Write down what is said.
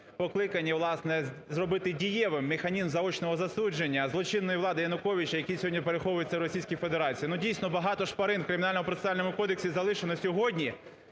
покликані, власне, зробити дієвим механізм заочного засудження злочинної влади Януковича, який сьогодні переховується в Російській Федерації. Дійсно багато шпарин в Кримінальному процесуальному кодексі залишено сьогодні,